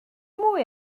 mwy